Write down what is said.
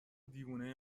دیوونه